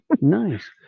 Nice